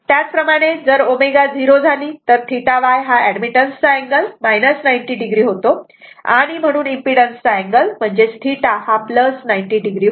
त्याचप्रमाणे जर ω झिरो झाली तर θY हा एडमिटन्स चा अँगल 90 o होतो आणि म्हणून इम्पीडन्स चा अँगल म्हणजेच θ हा 90 o होतो